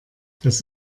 das